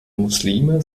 muslime